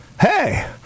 Hey